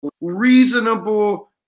reasonable